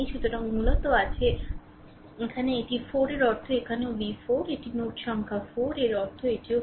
সুতরাং মূলত এখানে এটি 4 এর অর্থ এখানেও v4 এটি নোড সংখ্যা 4 এর অর্থ এটিও 4